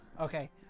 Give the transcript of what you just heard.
Okay